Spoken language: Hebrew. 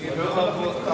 אני לא יכול להחליף אותה,